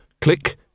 click